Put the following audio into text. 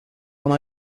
one